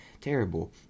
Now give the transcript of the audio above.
terrible